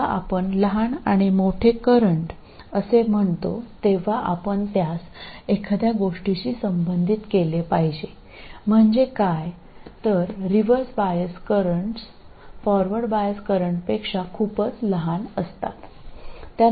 അതിനാൽ ചെറുതും വലുതുമായ വൈദ്യുതധാരകൾ എന്ന് പറയുമ്പോൾ നമ്മൾ അതിനെ എന്തെങ്കിലും ബന്ധപ്പെടുത്തണം റിവേഴ്സ് ബയസ് കറന്റുകൾ ഫോർവേഡ് ബയസ് കറന്റുകളേക്കാൾ വളരെ ചെറുതാണ് എന്നതാണ്